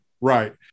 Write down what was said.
Right